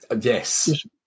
Yes